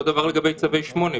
אותו דבר לגבי צווי 8,